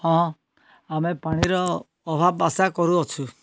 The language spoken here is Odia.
ହଁ ଆମେ ପାଣିର ଅଭାବ ଆଶା କରୁଅଛୁ